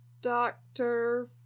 Doctor